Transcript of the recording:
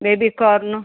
baby corn